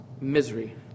misery